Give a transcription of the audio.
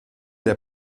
der